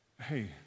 hey